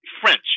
French